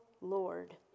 Lord